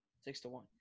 Six-to-one